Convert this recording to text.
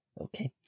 Okay